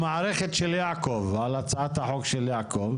המערכת של יעקב, על הצעת החוק של יעקב.